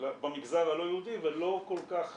במגזר הלא יהודי ולא כל כך